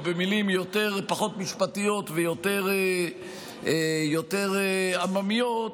או במילים פחות משפטיות ויותר עממיות,